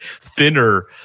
thinner